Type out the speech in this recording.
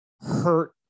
hurt